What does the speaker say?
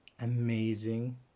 amazing